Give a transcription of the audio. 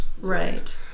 Right